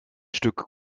stück